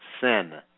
sin